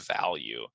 value